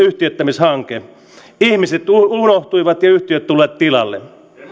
yhtiöittämishanke ihminen unohtui ja yhtiöt tulivat tilalle